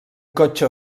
cotxe